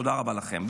תודה רבה לכם.